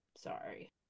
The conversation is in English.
Sorry